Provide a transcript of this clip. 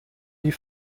die